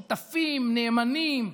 שותפים נאמנים,